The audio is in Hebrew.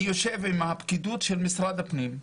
אני יושב עם הפקידות של משרד הפנים,